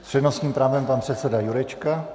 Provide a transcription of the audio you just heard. S přednostním právem pan předseda Jurečka.